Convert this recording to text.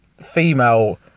female